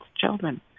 children